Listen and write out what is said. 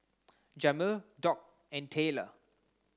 Jamil Doc and Tayler